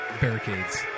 Barricades